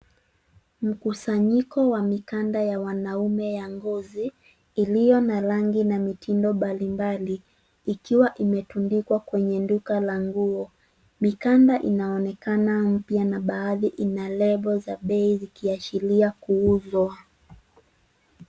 Mkusanyiko wa mikanda ya wanaume ya ngozi, iliyo na rangi na mitindo mbali mbali, ikiwa imetundikwa kwenye duka la nguo. Mikanda inaonekana mpya na baadhi ina lebo za bei ikiashiria kuuzwa.